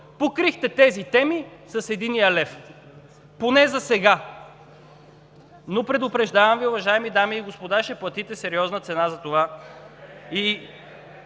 покрихте темите с единия лев. Поне засега! Но предупреждавам Ви, уважаеми дами и господа, ще платите сериозна цена за това